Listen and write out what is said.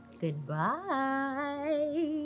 Goodbye